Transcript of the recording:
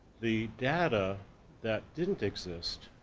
the data that didn't exist,